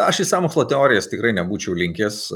aš į sąmokslo teorijas tikrai nebūčiau linkęs